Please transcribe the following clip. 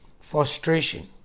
frustration